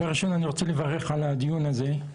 דבר ראשון אני רוצה לברך על הדיון הזה.